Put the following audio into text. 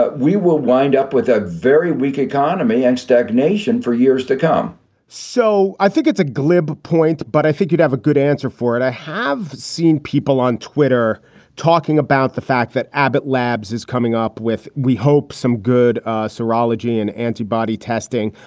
we will wind up with a very weak economy and stagnation for years to come so i think it's a glib point, but i think you'd have a good answer for it. i have seen people on twitter talking about the fact that abbott labs is coming up with, we hope, some good serology and antibody testing.